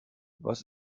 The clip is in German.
was